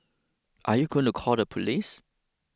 are you going to call the police